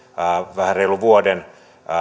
vähän reilun vuoden